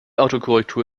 autokorrektur